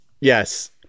Yes